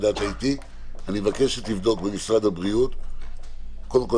אני מבקש שתבדוק במשרד הבריאות קודם כול